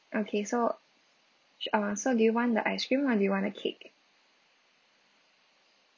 okay so uh so do you want the ice cream or do you want the cake